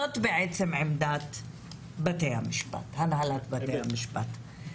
זו למעשה עמדת הנהלת בתי המשפט.